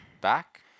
back